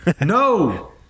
No